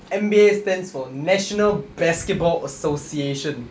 N_B_A stands for national basketball association